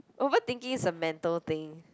overthinking is a mental thing